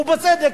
ובצדק,